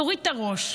תוריד את הראש,